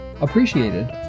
appreciated